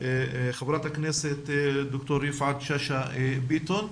חברת הכנסת ד"ר יפעת שאשא ביטון.